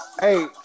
Hey